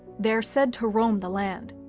they are said to roam the land,